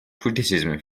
criticism